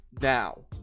now